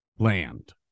Land